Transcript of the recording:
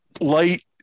light